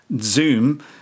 Zoom